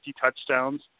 touchdowns